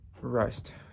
rest